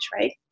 right